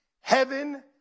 Heaven